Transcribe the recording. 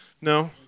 No